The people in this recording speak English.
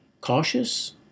cautious